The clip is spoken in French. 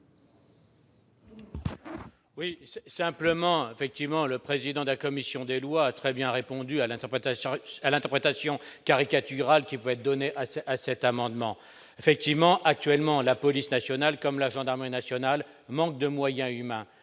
Oui, simplement, effectivement, le président de la commission des lois a très bien répondu à l'interprétation à l'interprétation caricaturale qui va être donner à ce à cet amendement effectivement actuellement la police nationale, comme la gendarmerie nationale, manque de moyens humains,